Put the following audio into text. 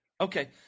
Okay